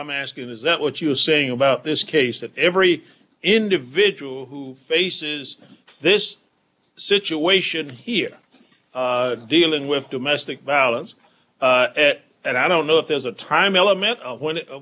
i'm asking is that what you're saying about this case that every individual who faces this situation here dealing with domestic violence and i don't know if there's a time element when